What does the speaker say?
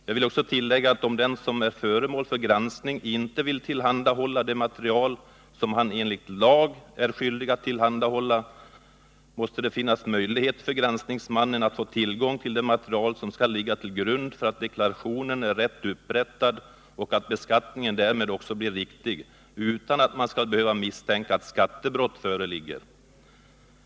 Jag vill också tillägga att om den som är föremål för granskning inte vill tillhandahålla det material som man enligt lag är skyldig att tillhandahålla, måste det finnas möjligheter för granskningsmannen att få tillgång till det material som ligger till grund för deklarationen. Det materialet skall ju visa att deklarationen är rätt upprättad och att beskattningen därmed också blir riktig — och att man inte skall behöva misstänka att skattebrott föreligger.